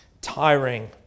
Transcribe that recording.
tiring